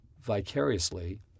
vicariously